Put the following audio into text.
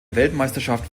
weltmeisterschaft